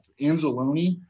Anzalone